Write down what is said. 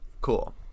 Cool